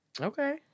Okay